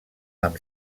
amb